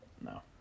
No